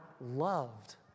loved